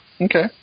Okay